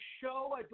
show